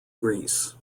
greece